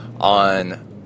on